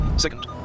second